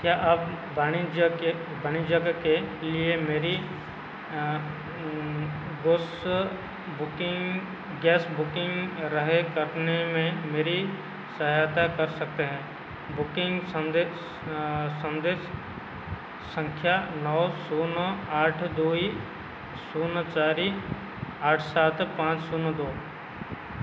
क्या आप वाणिज्य के वाणिज्यिक के लिए मेरी गैस बुकिंग रहे करने में मेरी सहायता कर सकते हैं बुकिंग संदेश संख्या नौ शून्य आठ दो शून्य चार आठ सात पाँच शून्य दो है